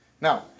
Now